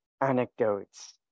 anecdotes